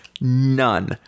None